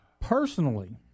Personally